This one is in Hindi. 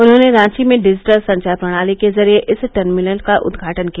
उन्होंने रांची में डिजिटल संचार प्रणाली के जरिये इस टर्मिनल का उद्घाटन किया